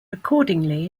accordingly